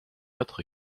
autre